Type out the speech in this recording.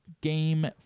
Game